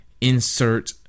insert